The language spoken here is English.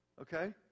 Okay